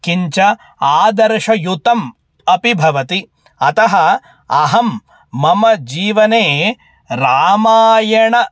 किञ्च आदर्शयुतम् अपि भवति अतः अहं मम जीवने रामायणस्य